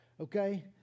okay